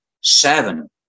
Seven